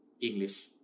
English